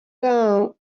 down